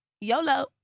YOLO